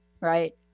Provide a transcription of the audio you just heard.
Right